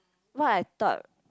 what I thought